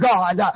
God